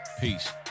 Peace